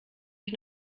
ich